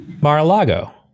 Mar-a-Lago